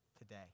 today